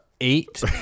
eight